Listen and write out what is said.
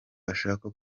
ashaka